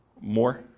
More